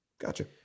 Gotcha